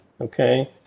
Okay